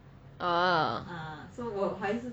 oh